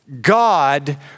God